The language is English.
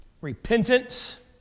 repentance